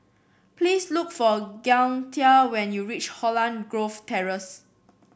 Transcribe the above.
please look for Gaither when you reach Holland Grove Terrace